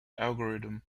algorithm